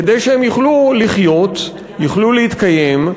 כדי שהם יוכלו לחיות, יוכלו להתקיים,